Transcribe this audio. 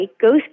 ghost